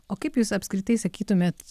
o kaip jūs apskritai sakytumėt